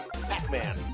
Pac-Man